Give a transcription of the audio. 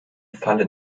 falle